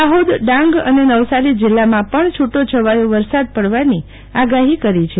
દાહોદ ડાંગ અને નવસારી જિલ્લામાં પણ છુટીછવાયો વરસાદ પડવાની આગાહી કરી છે